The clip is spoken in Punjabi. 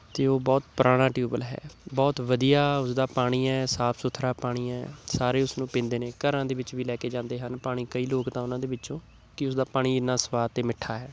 ਅਤੇ ਉਹ ਬਹੁਤ ਪੁਰਾਣਾ ਟਿਊਬਵੈੱਲ ਹੈ ਬਹੁਤ ਵਧੀਆ ਉਸਦਾ ਪਾਣੀ ਹੈ ਸਾਫ਼ ਸੁਥਰਾ ਪਾਣੀ ਹੈ ਸਾਰੇ ਉਸਨੂੰ ਪੀਂਦੇ ਨੇ ਘਰਾਂ ਦੇ ਵਿੱਚ ਵੀ ਲੈ ਕੇ ਜਾਂਦੇ ਹਨ ਪਾਣੀ ਕਈ ਲੋਕ ਤਾਂ ਉਹਨਾਂ ਦੇ ਵਿੱਚੋਂ ਕਿ ਉਸ ਦਾ ਪਾਣੀ ਇੰਨਾ ਸਵਾਦ ਅਤੇ ਮਿੱਠਾ ਹੈ